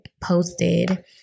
posted